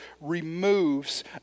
removes